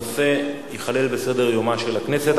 הנושא ייכלל בסדר-היום של הכנסת.